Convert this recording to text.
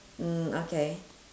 mm okay